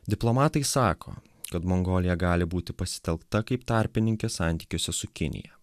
diplomatai sako kad mongolija gali būti pasitelkta kaip tarpininkė santykiuose su kinija